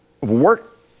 work